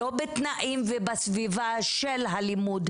לא בתנאים ובסביבה של הלימוד,